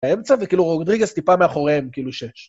האמצע, וכאילו, רוג דריגס טיפה מאחוריהם, כאילו, שש.